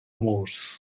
moors